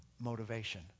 motivation